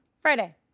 Friday